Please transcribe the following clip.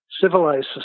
civilized